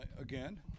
again